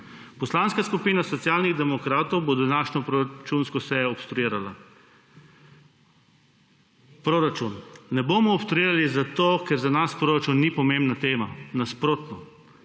Poslanska skupina Socialnih demokratov bo današnjo proračunsko sejo obstruirala. Proračuna ne bomo obstruirali zato, ker za nas proračun ni pomembna tema. Nasprotno,